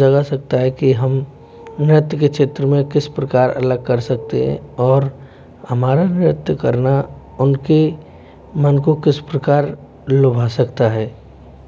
जगा सकता है कि हम नृत्य के क्षेत्र में किस प्रकार अलग कर सकते है और हमारा नृत्य करना उनके मन को किस प्रकार लुभा सकता है